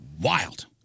wild